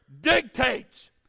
dictates